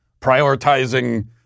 prioritizing